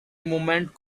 movement